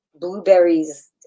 blueberries